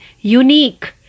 unique